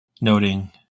noting